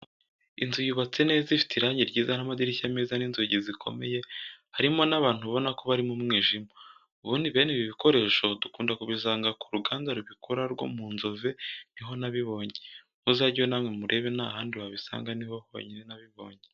Inzu yubatse neza ifite irangi ryiza n'amadirishya meza n'inzugi zikomeye, harimo n'abantu ubona ko bari mu mwijima. Ubundi bene ibi bikoresho dukunda kubisanga ku ruganda rubikora rwo mu nzove ni ho nabibonye. Muzageyo namwe murebe nta handi wabisanga ni ho honyine nabibonye.